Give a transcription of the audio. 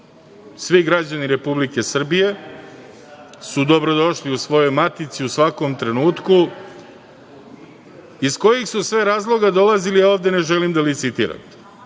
Svi građani Republike Srbije su dobrodošli u svojoj matici u svakom trenutku. Iz kojih su sve razloga dolazili ovde, ne želim da licitiram,